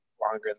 longer